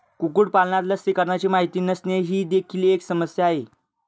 कुक्कुटपालनात लसीकरणाची माहिती नसणे ही देखील एक समस्या आहे